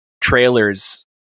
trailers